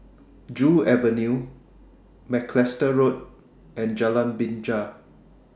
Joo Avenue Macalister Road and Jalan Binja